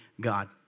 God